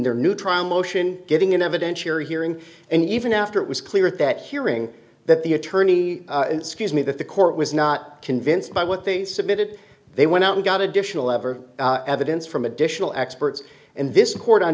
their new two motion getting an evidentiary hearing and even after it was clear at that hearing that the attorney scuse me that the court was not convinced by what they submitted they went out and got additional ever evidence from additional experts and this court on